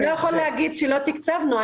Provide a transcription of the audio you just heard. אתה לא יכול להגיד שלא תקצבנו.